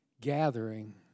gathering